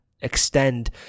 extend